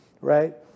right